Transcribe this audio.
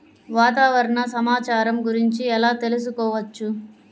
వాతావరణ సమాచారం గురించి ఎలా తెలుసుకోవచ్చు?